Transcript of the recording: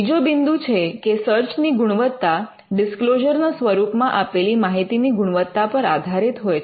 બીજો બિંદુ છે કે સર્ચ ની ગુણવત્તા ડિસ્ક્લોઝર ના સ્વરૂપ માં આપેલી માહિતીની ગુણવત્તા પર આધારિત હોય છે